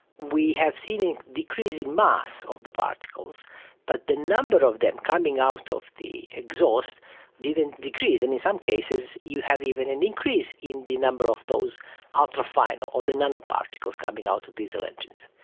we have seen a decrease in mass of the particles but the number of them coming out of the exhaust didn't decrease and in some cases you have even an increase in the number of those ultra-fine or or the nano-particles coming out of diesel engines.